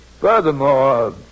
Furthermore